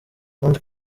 ange